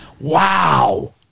Wow